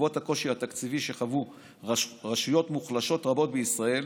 בעקבות הקושי התקציבי שחוו רשויות מוחלשות רבות בישראל,